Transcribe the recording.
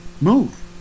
move